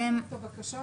אנחנו העברנו את הבקשה,